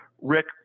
Rick